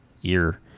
year